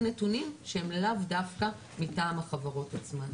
נתונים שהם לאו דווקא מטעם החברות עצמן.